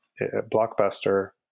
Blockbuster